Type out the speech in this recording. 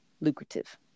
lucrative